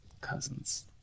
cousins